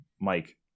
Mike